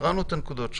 קראנו את הנקודות שלך,